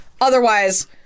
Otherwise